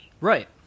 Right